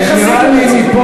איך עשיתם את זה?